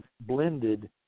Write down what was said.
blended